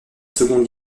seconde